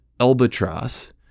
albatross